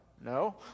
no